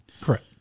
Correct